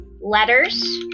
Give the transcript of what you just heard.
letters